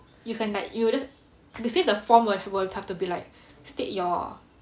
you can like you will just the form will have to be like state your